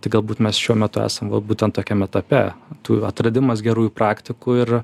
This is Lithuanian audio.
tai galbūt mes šiuo metu esam va būtent tokiam etape tų atradimas gerųjų praktikų ir